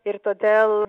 ir todėl